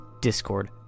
Discord